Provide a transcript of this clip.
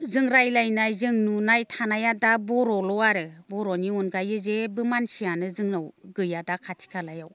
जों रायज्लायनाय जों नुनाय थानाया दा बर'ल' आरो बर'नि अनगायै जेबो मानसियानो जोंनाव गैया दा खाथि खालायाव